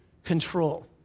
control